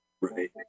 right